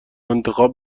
انتخاب